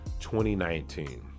2019